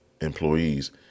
employees